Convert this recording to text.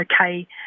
okay